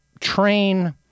train